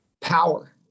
power